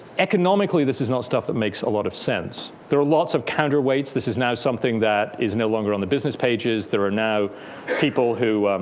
economically, this not stuff that makes a lot of sense. there are lots of counterweights. this is now something that is no longer on the business pages. there are now people who